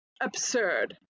absurd